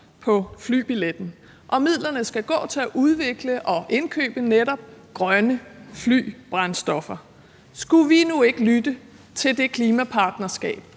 på flybilletten, og midlerne skal gå til at udvikle og indkøbe netop grønne flybrændstoffer. Skulle vi nu ikke lytte til det klimapartnerskab